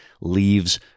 leaves